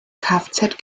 kfz